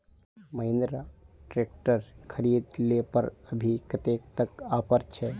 Mahindra tractor खरीद ले पर अभी कतेक तक ऑफर छे?